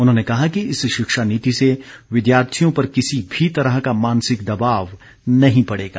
उन्होंने कहा कि इस शिक्षा नीति से विद्यार्थियों पर किसी भी तरह का मानसिक दबाव नहीं पड़ेगा